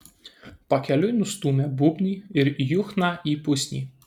pakeliui nustūmė būbnį ir juchną į pusnį